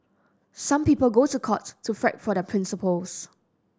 some people go to court to fight for their principles